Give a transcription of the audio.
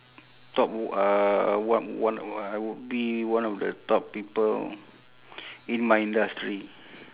top w~ uh one one I would be one of the top people in my industry